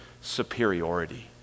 superiority